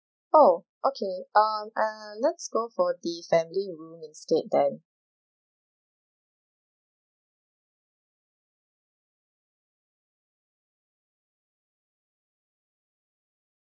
oh okay uh and let's go for the family room instead then